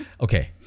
okay